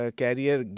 carrier